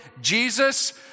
Jesus